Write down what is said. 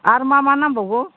आरो मा मा नांबावगौ